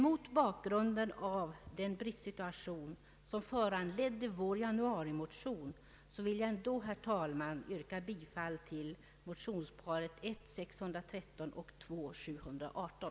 Mot bakgrunden av den bristsituation som föranledde vår januarimotion vill jag ändå, herr talman, yrka bifall till motionsparet I: 613 och II: 718.